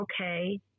Okay